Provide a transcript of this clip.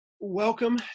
Welcome